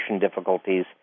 difficulties